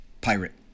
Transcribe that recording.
pirate